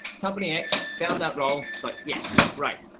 company x found that role. so yes, great.